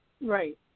Right